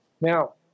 Now